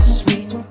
sweet